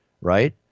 right